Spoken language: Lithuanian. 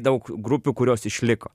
daug grupių kurios išliko